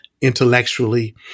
intellectually